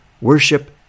Worship